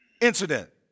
incident